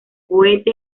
goethe